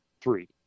three